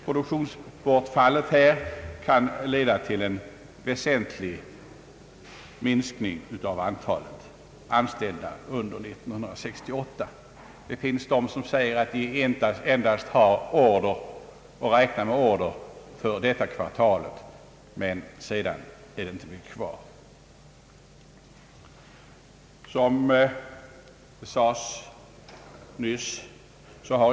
Produktionsbortfallet kan leda till en väsentlig minskning av antalet anställda under 1968; det finns de som säger att de endast kan räkna med order för detta kvartal, sedan är det inte mycket kvar.